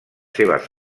seves